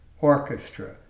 orchestra